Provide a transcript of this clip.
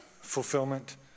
fulfillment